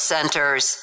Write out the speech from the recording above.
Centers